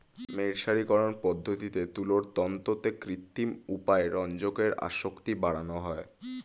মের্সারিকরন পদ্ধতিতে তুলোর তন্তুতে কৃত্রিম উপায়ে রঞ্জকের আসক্তি বাড়ানো হয়